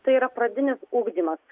tai yra pradinis ugdymas